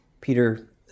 Peter